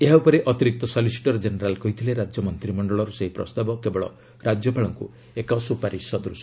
ଏହା ଉପରେ ଅତିରିକ୍ତ ସଲିସିଟର ଜେନେରାଲ୍ କହିଥିଲେ ରାଜ୍ୟ ମନ୍ତ୍ରିମଶ୍ଚଳର ସେହି ପ୍ରସ୍ତାବ କେବଳ ରାଜ୍ୟପାଳଙ୍କୁ ଏକ ସୁପାରିଶ ସଦୃଶ